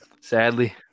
sadly